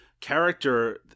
character